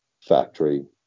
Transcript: factory